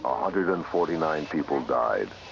um hundred and forty nine people died.